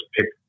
pick